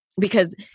because-